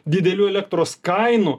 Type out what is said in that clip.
didelių elektros kainų